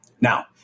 Now